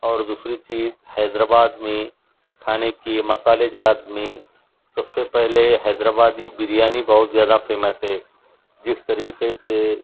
اور دوسری چیز حیدرآباد میں کھانے کے مصالحے جات میں سب سے پہلے حیدرآبادی بریانی بہت زیادہ فیمس ہے جس طریقے سے